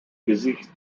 gesicht